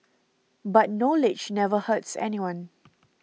but knowledge never hurts anyone